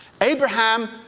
Abraham